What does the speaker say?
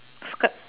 skirt